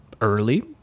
early